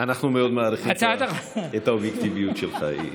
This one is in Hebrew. אנחנו מאוד מעריכים את האובייקטיביות שלך.